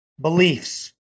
beliefs